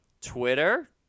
Twitter